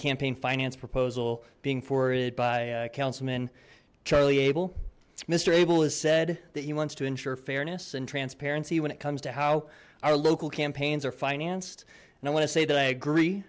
campaign finance proposal being forwarded by councilman charlie abel mister abel has said that he wants to ensure fairness and transparency when it comes to how our local campaigns are financed and i want to say that i agree